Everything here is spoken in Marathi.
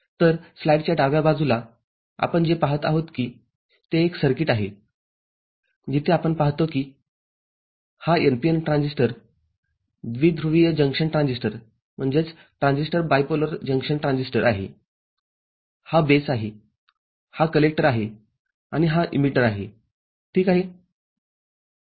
तर स्लाइडच्या डाव्या बाजूला आपण जे पाहत आहोत ते एक सर्किट आहे जिथे आपण पाहतो की हा NPN ट्रान्झिस्टर द्विध्रुवीय जंक्शन ट्रान्झिस्टर आहेहा बेस आहे हा कलेक्टर आहे आणि हा इमीटर आहे ठीक आहे